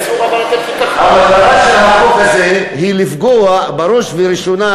המטרה של החוק הזה היא לפגוע בראש ובראשונה